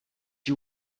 you